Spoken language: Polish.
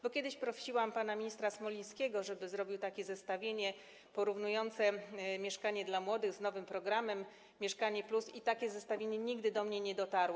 Bo kiedyś prosiłam pana ministra Smolińskiego, żeby zrobił takie zestawienie porównujące „Mieszkanie dla młodych” z nowym programem „Mieszkanie+”, i takie zestawienie nigdy do mnie nie dotarło.